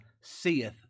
seeth